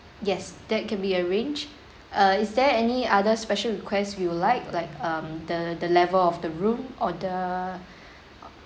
yes that can be arranged uh is there any other special request you would like like um the the level of the room or the